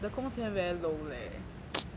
the 工钱 very low leh